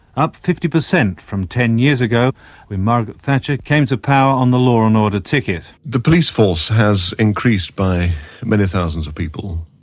up fifty percent from ten years ago when margaret thatcher came to power on the law and order ticket. the police force has increased by many thousands of people.